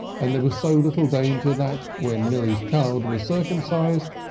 and there was so little danger that, when milly's child was circumcised,